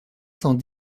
cent